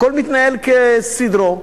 הכול מתנהל כסדרו.